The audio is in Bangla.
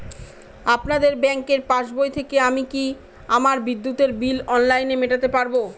আপনাদের ব্যঙ্কের পাসবই থেকে আমি কি আমার বিদ্যুতের বিল অনলাইনে মেটাতে পারবো?